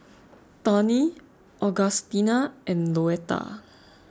Tawny Augustina and Louetta